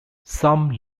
some